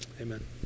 Amen